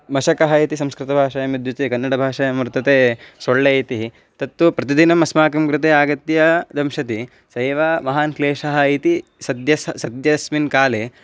मशकः इति संस्कृतभाषायाम् यदुच्येते कन्नडभाषायां वर्तते सोळ्ळे इति तत्तु प्रतिदिनम् अस्माकं कृते आगत्य दंशति स एव महान् क्लेशः इति सद्यः स् सद्यस्मिन् काले